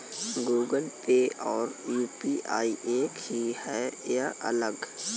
Google Pay और UPI एक ही है या अलग?